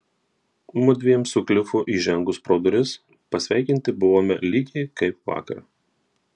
mudviem su klifu įžengus pro duris pasveikinti buvome lygiai kaip vakar